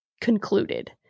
concluded